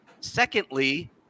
Secondly